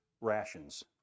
rations